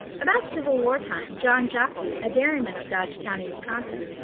about civil war time, john jossi, a dairyman of dodge county, wisconsin,